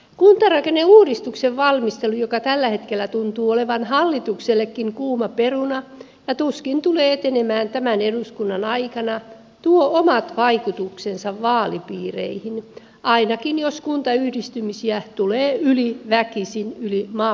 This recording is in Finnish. kuntarakenneuudistuksen valmistelu joka tällä hetkellä tuntuu olevan hallituksellekin kuuma peruna ja tuskin tulee etenemään tämän eduskunnan aikana tuo omat vaikutuksensa vaalipiireihin ainakin jos kuntayhdistymisiä tulee väkisin yli maakuntarajojen